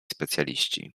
specjaliści